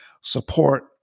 support